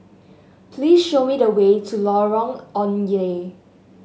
please show me the way to Lorong Ong Lye